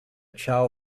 chao